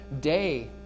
day